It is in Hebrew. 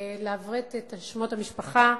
לעברת את שמות המשפחה.